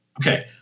Okay